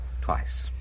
Twice